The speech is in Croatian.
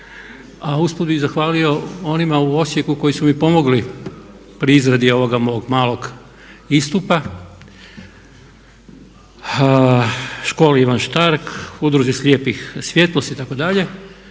a usput bih zahvalio onima u Osijeku koji su mi pomogli pri izradi ovoga mog malog istupa školi Ivan Štark, udruzi slijepih „Svjetlost“ itd.